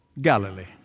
Galilee